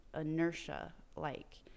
inertia-like